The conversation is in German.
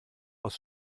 aus